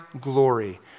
glory